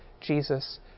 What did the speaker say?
Jesus